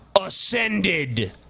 Ascended